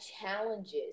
challenges